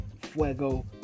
fuego